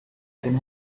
can